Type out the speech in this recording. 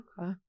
Okay